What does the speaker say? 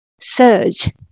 surge